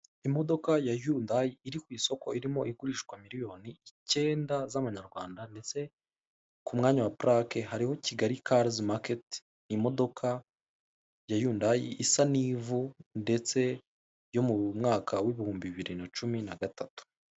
Imodoka ya Yundayi iri ku isoko irimo igurishwa miliyoni icyenda z'amanyarwanda ndetse ku mwanya wa purake hariho Kigali karizi maketi, imodoka ya Yundayi isa n'ivu ndetse yo mu mwaka w'Ibihumbi bibiri na cumi na gatatu.